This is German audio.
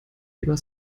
lieber